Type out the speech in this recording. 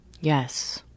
Yes